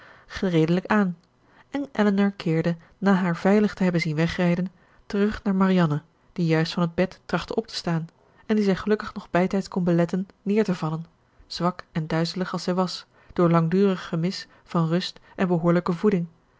gereedelijk aan en elinor keerde na haar veilig te hebben zien wegrijden terug naar marianne die juist van het bed trachtte op te staan en die zij gelukkig nog bijtijds kon beletten neer te vallen zwak en duizelig als zij was door langdurig gemis van rust en behoorlijke voeding